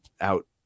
out